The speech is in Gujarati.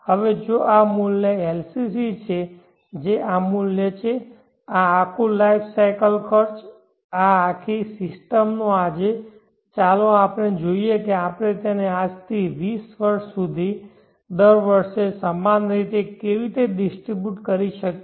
હવે જો આ મૂલ્ય LCC જે આ મૂલ્ય છે આ આખું લાઈફ સાયકલ ખર્ચ આ આખી સિસ્ટમનો આજે ચાલો જોઈએ કે આપણે તેને આજથી 20 વર્ષ સુધી દર વર્ષે સમાન રીતે કેવી રીતે ડિસ્ટ્રીબ્યુટ શકીએ